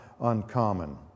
uncommon